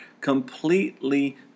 completely